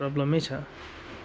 प्रब्लमै छ